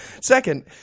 second